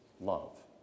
love